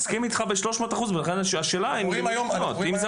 אני מסכים אתך ב-300 אחוז ולכן השאלה: אם זה